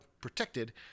protected